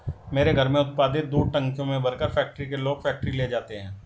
मेरे घर में उत्पादित दूध टंकियों में भरकर फैक्ट्री के लोग फैक्ट्री ले जाते हैं